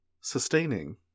sustaining